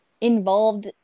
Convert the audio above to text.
involved